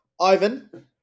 Ivan